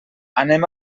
anem